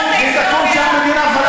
זה מה שאנחנו רוצים.